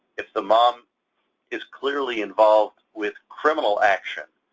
if the mom is clearly involved with criminal action,